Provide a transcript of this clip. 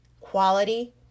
Quality